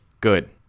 good